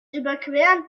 überqueren